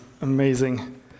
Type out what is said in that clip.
amazing